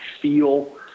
feel